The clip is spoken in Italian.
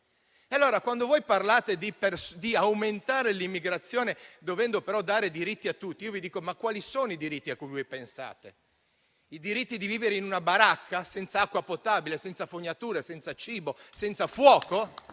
Stati. Quando sostenete di aumentare l'immigrazione dando diritti a tutti, vi chiedo: quali sono i diritti a cui pensate? Il diritto di vivere in una baracca, senza acqua potabile, senza fognature, senza cibo e senza fuoco?